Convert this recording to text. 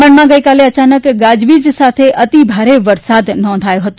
દમણમાં ગઈકાલે અચાનક ગાજવીજ સાથે અતિભારે વરસાદ નોંધાયો ફતો